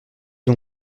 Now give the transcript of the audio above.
que